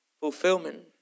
fulfillment